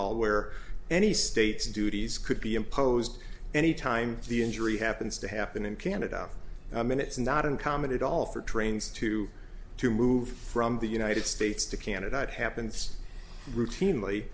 all where any state's duties could be imposed any time the injury happens to happen in canada i mean it's not uncommon at all for trains to to move from the united states to canada it happens routinely